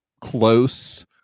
close